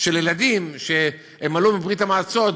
של ילדים שעלו מברית-המועצות,